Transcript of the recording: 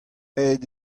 aet